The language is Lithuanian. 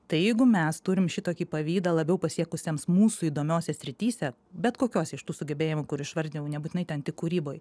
tai jeigu mes turim šitokį pavydą labiau pasiekusiem mūsų įdomiose srityse bet kokiose iš tų sugebėjimų kur išvardijau nebūtinai ten tik kūryboj